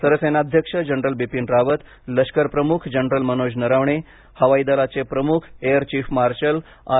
सरसेनाध्यक्ष जनरल बिपिन रावत लष्करप्रमुख जनरल मनोज नरवणे हवाई दलाचे प्रमुख एअर चीफ मार्शल आर